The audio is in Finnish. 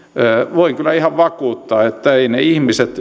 voin kyllä ihan vakuuttaa että eivät ne ihmiset